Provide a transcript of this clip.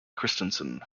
christensen